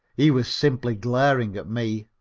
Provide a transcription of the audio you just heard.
he was simply glaring at me.